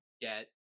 get